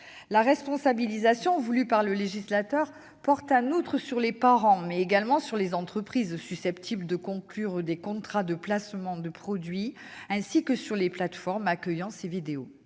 La responsabilisation voulue par le législateur porte en outre sur les parents, mais également sur les entreprises susceptibles de conclure des contrats de placement de produits, ainsi que sur les plateformes accueillant ces vidéos.